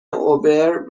اوبر